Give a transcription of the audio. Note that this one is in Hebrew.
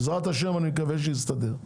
בעזרת ה' אני מקווה שיסתדר,